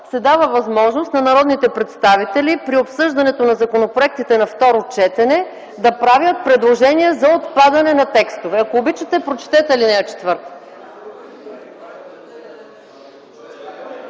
се дава възможност на народните представители при обсъждането на законопроектите на второ четене да правят предложения за отпадане на текстове. Ако обичате, прочетете ал. 4. (Шум